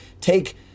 take